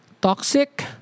toxic